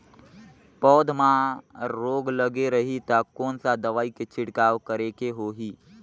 पौध मां रोग लगे रही ता कोन सा दवाई के छिड़काव करेके होही?